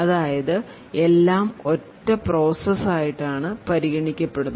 അതായത് എല്ലാം ഒറ്റ പ്രോസസ്സ് ആയിട്ടാണ് പരിഗണിക്കപ്പെടുന്നത്